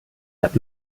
hat